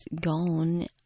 gone